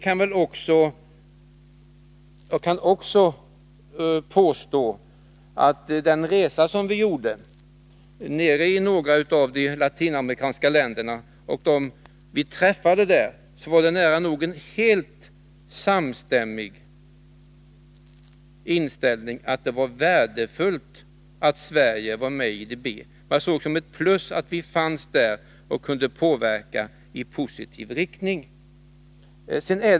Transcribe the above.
Jag vill också peka på att det bland dem som vi träffade på den resa som vi gjorde i några av de latinamerikanska länderna var en nära nog helt samstämmig inställning att det är värdefullt att Sverige är med i IDB. Man såg det som ett plus att vi fanns med och kunde påverka i positiv riktning.